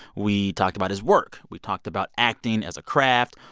we talked about his work. we talked about acting as a craft.